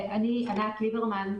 אני ענת ליברמן,